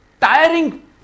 tiring